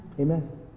Amen